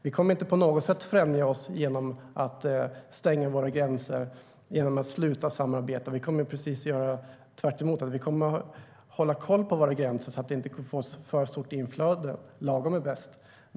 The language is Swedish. Vi kommer inte på något sätt att främja oss själva genom att stänga våra gränser och sluta samarbeta. Vi kommer att göra precis tvärtom. Vi kommer att hålla koll på våra gränser, så att vi inte får för stort inflöde - lagom är bäst.